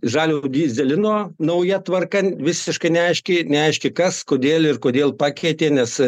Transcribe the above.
žalio dyzelino nauja tvarka visiškai neaiški neaiški kas kodėl ir kodėl pakeitė nes